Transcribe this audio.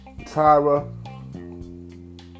Tyra